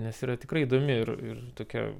nes yra tikrai įdomi ir ir tokia